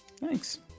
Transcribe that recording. thanks